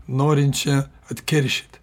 norinčia atkeršyti